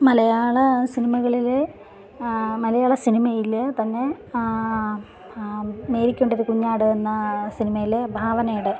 മലയാള സിനിമകളിൽ മലയാള സിനിമയിൽ തന്നെ മേരിക്കുണ്ടൊരു കുഞ്ഞാട് എന്ന സിനിമയിലെ ഭാവനയുടെ